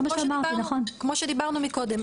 כפי שדיברנו קודם,